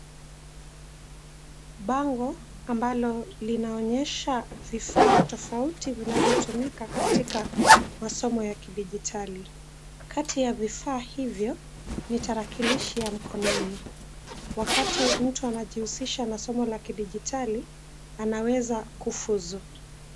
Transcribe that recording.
Bango ambalo linaonyesha vifaa tofauti vinavyotumika katika masomo ya kidijitali. Kati ya vifaa hivyo, ni tarakilishi ya mkononi. Wakati mtu anajihusisha na somo la kidijitali, anaweza kufuzu.